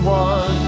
one